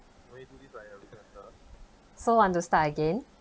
so want to start again